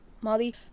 molly